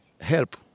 help